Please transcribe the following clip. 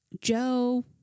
joe